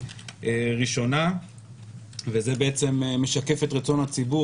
בקריאה ראשונה וזה בעצם משקף את רצון הציבור